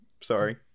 sorry